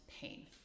pain